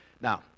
Now